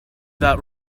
that